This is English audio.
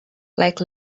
like